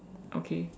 okay